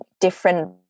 different